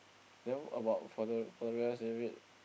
then about for the for the rest they wait